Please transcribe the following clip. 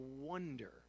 wonder